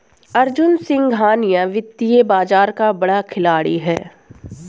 अर्जुन सिंघानिया वित्तीय बाजार का बड़ा खिलाड़ी है